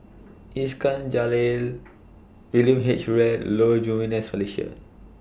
Iskandar Jalil William H Read Low Jimenez Felicia